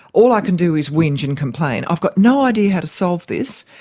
all i can do is whinge and complain. i've got no idea how to solve this,